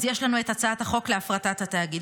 אז יש לנו את הצעת החוק להפרטת התאגיד,